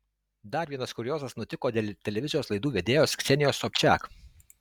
dar vienas kuriozas nutiko dėl televizijos laidų vedėjos ksenijos sobčiak